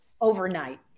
overnight